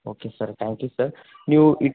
okay sir thank you sir ನೀವು it